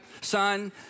Son